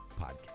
podcast